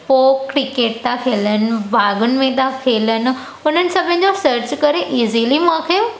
पोइ क्रिकेट था खेलनि बाग़नि में था खेलनि हुननि सभिनि जो सर्च करे ईज़िली मूंखे